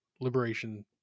Liberation